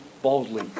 boldly